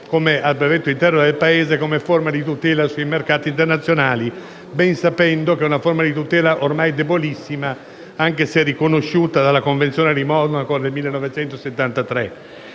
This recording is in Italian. al brevetto interno del Paese come forma di tutela sui mercati internazionali, ben sapendo che è una forma di tutela ormai debolissima, anche se riconosciuta dalla Convenzione di Monaco del 1973.